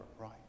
right